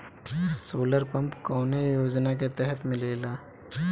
Solar pump कौने योजना के तहत मिलेला?